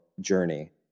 journey